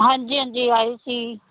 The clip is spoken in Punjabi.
ਹਾਂਜੀ ਹਾਂਜੀ ਆਏ ਸੀ